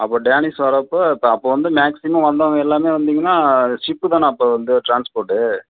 அப்போ டேனிஷ் வரப்போ அப்போ வந்து மேக்சிமம் வந்தவங்க எல்லாமே வந்திங்ன்னா ஷிப்பு தானே அப்போ வந்து டிரான்ஸ்போட்டு